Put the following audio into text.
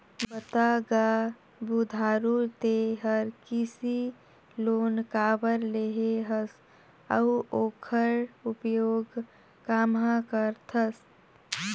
बता गा बुधारू ते हर कृसि लोन काबर लेहे हस अउ ओखर उपयोग काम्हा करथस